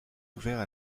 ouvert